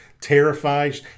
terrified